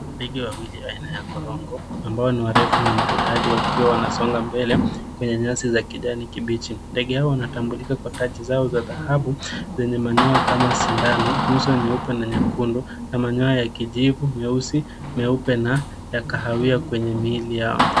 Ndege wawili ain ya korongo ambao ni warefu na maridadi wakiwa wanasonga mbele kwenye nyasi za kijani kibichi. Ndege hao wanatambulika kwa taji zao za dhahabu zenye manyoya kama sindano , nyuso nyeupe na nyekundu na manyoya ya kijivu meusi , meupe na ya kahawia kwenye miili yao.